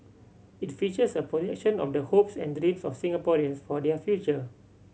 it features a projection of the hopes and dreams of Singaporeans for their future